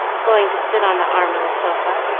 going to sit on the arm of the sofa,